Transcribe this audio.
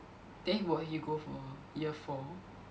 then will he go for year four